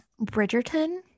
Bridgerton